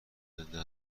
زنده